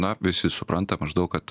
na visi supranta maždaug kad